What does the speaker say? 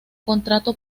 contrato